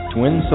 Twin